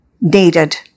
needed